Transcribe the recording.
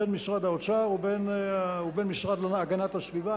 בין משרד האוצר ובין המשרד להגנת הסביבה,